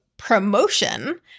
promotion